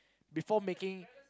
before making